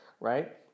right